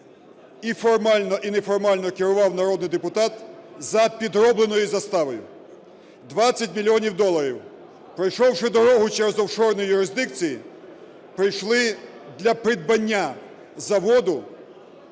і формально, і неформально керував народний депутат за підробленою заставою 20 мільйонів доларів, пройшовши дорогу через офшорні юрисдикції, прийшли для придбання заводу,